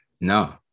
No